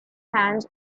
hands